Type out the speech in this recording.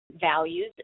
values